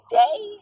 day